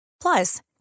Plus